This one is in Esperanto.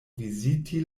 viziti